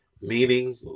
Meaning